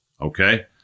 okay